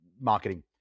marketing